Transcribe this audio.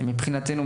מבחינתנו,